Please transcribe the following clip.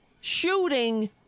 shooting